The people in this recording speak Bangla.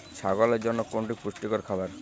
ছাগলের জন্য কোনটি পুষ্টিকর খাবার?